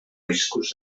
riscos